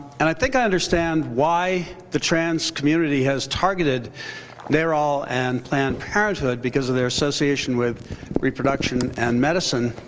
and i think i understand why the trans community has targeted narol and planned parenthood because of their association with reproduction and medicine.